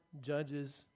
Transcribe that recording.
judges